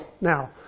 now